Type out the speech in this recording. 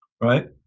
right